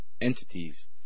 entities